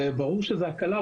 וברור שזו הקלה.